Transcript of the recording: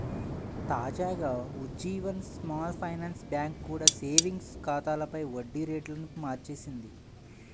తాజాగా Ujjivan small finance bank కూడా savings ఖాతాలపై వడ్డీ రేట్లను మార్చేసింది